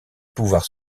pouvoir